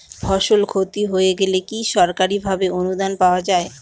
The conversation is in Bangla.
ফসল ক্ষতি হয়ে গেলে কি সরকারি ভাবে অনুদান পাওয়া য়ায়?